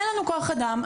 אין לנו כוח אדם,